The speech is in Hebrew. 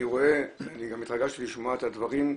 אני גם התרגשתי לשמוע את הדברים,